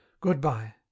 goodbye